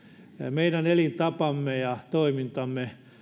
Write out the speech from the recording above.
meidän elintapamme ja toimintamme